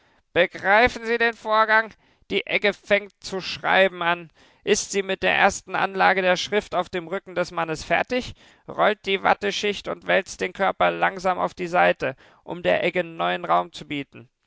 begreifen sie den vorgang die egge fängt zu schreiben an ist sie mit der ersten anlage der schrift auf dem rücken des mannes fertig rollt die watteschicht und wälzt den körper langsam auf die seite um der egge neuen raum zu bieten